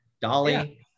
Dolly